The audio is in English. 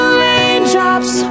raindrops